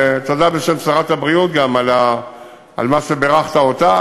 תודה בשם שרת הבריאות, גם, על מה שבירכת אותה.